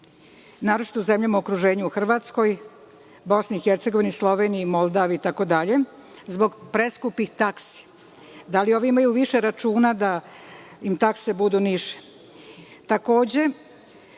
naročito u zemljama u okruženju, u Hrvatskoj, BiH, Sloveniji, Moldaviji itd, zbog preskupih taksi. Da li oni imaju više računa da im takse budu niže?